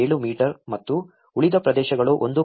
7 metre ಮತ್ತು ಉಳಿದ ಪ್ರದೇಶಗಳು 1